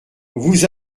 vous